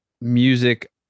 music